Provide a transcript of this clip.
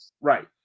Right